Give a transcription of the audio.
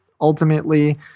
ultimately